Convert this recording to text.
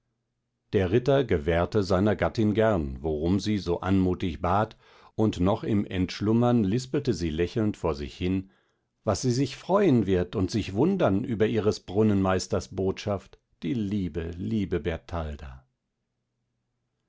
der ritter gewährte seiner gattin gern warum sie so anmutig bat und noch im entschlummern lispelte sie lächelnd vor sich hin was sie sich freuen wird und sich wundern über ihres brunnenmeisters botschaft die liebe liebe